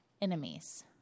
enemies